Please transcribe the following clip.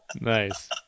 nice